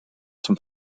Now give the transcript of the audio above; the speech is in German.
zum